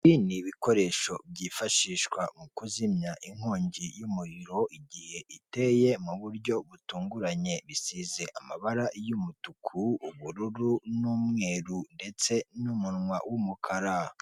Ibi ni ibikoresho byifashishwa mu kuzimya inkongi y'umuriro igihe iteye mu buryo butunguranye. Isize amabara y'umutuku, ubururu, n'umweru ndetse n'umunwa w'umukara.